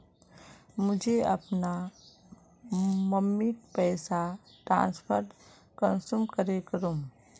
मुई अपना मम्मीक पैसा ट्रांसफर कुंसम करे करूम?